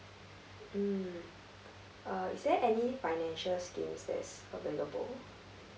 mm uh is there any financial scheme that's available